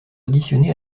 auditionné